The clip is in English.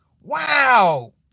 Wow